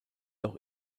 auch